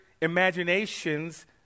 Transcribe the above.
imaginations